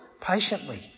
patiently